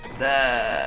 the